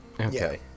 Okay